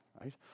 right